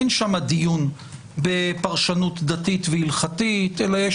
אין שם דיון בפרשנות דתית והלכתית אלא יש